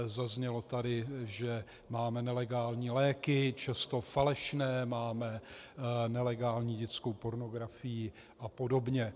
Zaznělo tady, že máme nelegální léky, často falešné, máme nelegální dětskou pornografii apod.